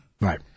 Right